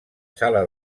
sala